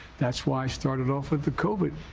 that's why i started off with the covid